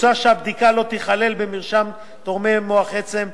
מוצע שהבדיקה לא תיכלל במרשם תורמי מוח עצם,